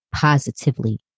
positively